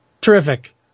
Terrific